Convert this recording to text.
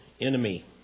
enemy